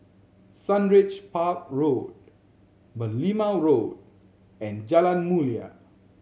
Sundridge Park Road Merlimau Road and Jalan Mulia